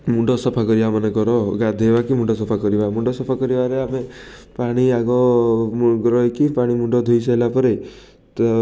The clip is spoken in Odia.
ମୁଣ୍ଡ ସଫା କରିବା ମନେକର ଗାଧେଇବା କି ମୁଣ୍ଡ ସଫା କରିବା ମୁଣ୍ଡ ସଫା କରିବାରେ ଆମେ ପାଣି ଆଗ ରହିକି ପାଣି ମୁଣ୍ଡ ଧୋଇ ସାରିଲାପରେ ତ